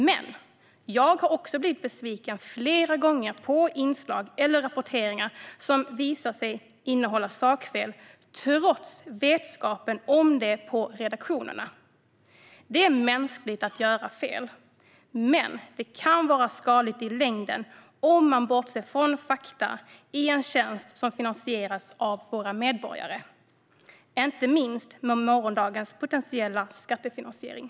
Men jag har också blivit besviken flera gånger på inslag eller rapporteringar som har visat sig innehålla sakfel trots vetskapen om det på redaktionerna. Det är mänskligt att göra fel. Men det kan vara skadligt i längden om man bortser från fakta i en tjänst som finansieras av våra medborgare, inte minst med morgondagens potentiella skattefinansiering.